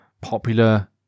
popular